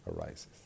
arises